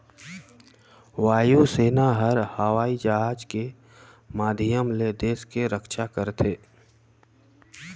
वायु सेना हर हवई जहाज के माधियम ले देस के रम्छा करथे